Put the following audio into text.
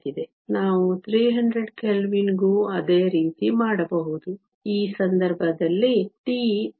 ನಾವು 300 ಕೆಲ್ವಿನ್ಗೂ ಅದೇ ರೀತಿ ಮಾಡಬಹುದು ಈ ಸಂದರ್ಭದಲ್ಲಿ τ 3